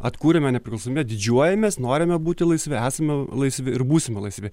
atkūrėme nepriklausomybę didžiuojamės norime būti laisvi esame laisvi ir būsime laisvi